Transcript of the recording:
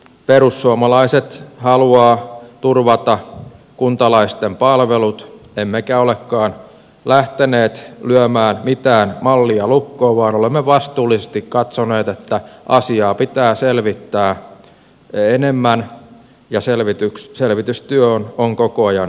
perussuomalaiset haluaa turvata kuntalaisten palvelut emmekä olekaan lähteneet lyömään mitään mallia lukkoon vaan olemme vastuullisesti katsoneet että asiaa pitää selvittää enemmän ja selvitystyö on koko ajan käynnissä